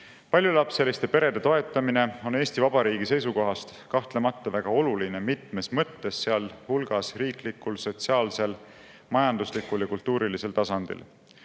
vajadust. Paljulapseliste perede toetamine on Eesti Vabariigi seisukohast kahtlemata väga oluline mitmes mõttes, sealhulgas riiklikul, sotsiaalsel, majanduslikul ja kultuurilisel tasandil.